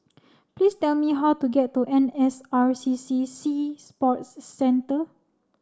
please tell me how to get to N S R C C Sea Sports Centre